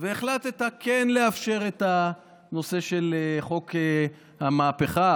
והחלטת כן לאפשר את הנושא של חוק המהפכה,